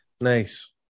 Nice